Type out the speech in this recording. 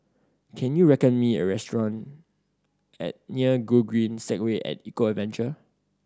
can you recommend me a restaurant at near Gogreen Segway At Eco Adventure